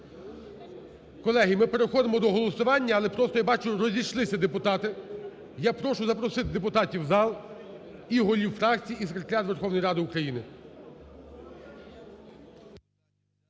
Колеги, ми переходимо до голосування, але просто, я бачу, розійшлися депутати. Я прошу запросити депутатів в зал і голів фракцій, і секретаріат Верховної Ради України.